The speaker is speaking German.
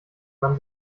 man